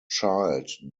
child